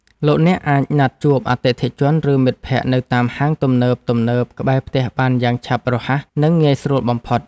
លោកអ្នកអាចណាត់ជួបអតិថិជនឬមិត្តភក្តិនៅតាមហាងទំនើបៗក្បែរផ្ទះបានយ៉ាងឆាប់រហ័សនិងងាយស្រួលបំផុត។